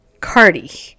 cardi